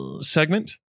segment